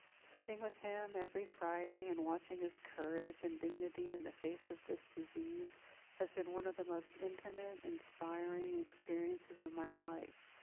sitting with him every friday and watching his courage and dignity in the face of this disease has been one of the most intimate, inspiring experiences of my life.